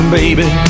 baby